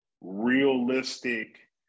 realistic